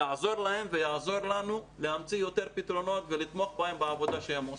יעזור להם ויעזור לנו להמציא יותר פתרונות ולתמוך בהם בעבודה שהם עושים.